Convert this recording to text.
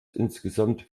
insgesamt